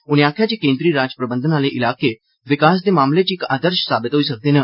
उनें आक्खेआ जे केन्द्री राज प्रबन्धन आहले इलाकें विकास दे मामले च इक आदर्श साबत होई सकदे न